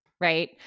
right